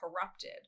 corrupted